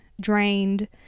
drained